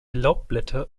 laubblätter